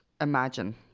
imagine